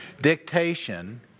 dictation